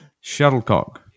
shuttlecock